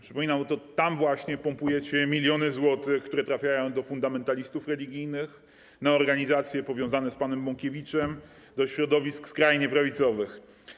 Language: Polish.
Przypominam, że to tam właśnie pompujecie miliony złotych, które trafiają do fundamentalistów religijnych, na organizacje powiązane z panem Bąkiewiczem, do środowisk skrajnie prawicowych.